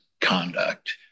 conduct